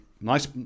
Nice